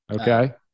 Okay